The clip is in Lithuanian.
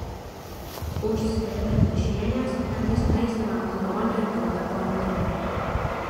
užsrėbę lęšienės net įsitaisėme balkone ir drauge parūkėme